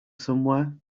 somewhere